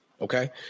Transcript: Okay